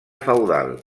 feudal